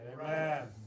Amen